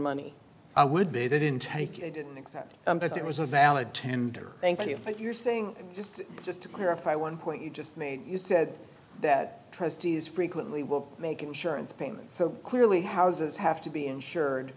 money would be that in take it didn't except that it was a valid tender thank you but you're saying just just to clarify one point you just made you said that trustees frequently will make insurance payments so clearly houses have to be insured